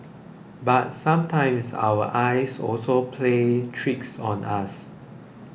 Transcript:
but sometimes our eyes also plays tricks on us